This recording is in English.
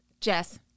Jess